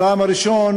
הטעם הראשון